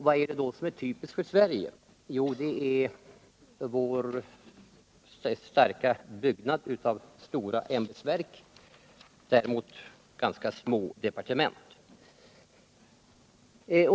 Vad är det då som är typiskt för Sverige? Jo, det är vår rätt starka byggnad av stora ämbetsverk, medan vi däremot har ganska små departement.